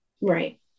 right